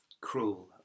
cruel